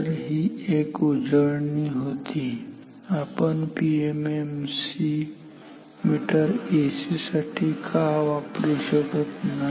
तर ही एक उजळणी होती आपण पीएमएमसी मीटर एसी साठी का वापरू करू शकत नाही